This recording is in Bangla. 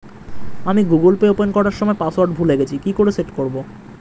আমি গুগোল পে ওপেন করার সময় পাসওয়ার্ড ভুলে গেছি কি করে সেট করব?